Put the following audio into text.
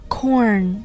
Corn